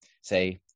say